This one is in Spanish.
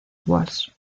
walsh